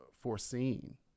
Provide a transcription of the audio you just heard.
foreseen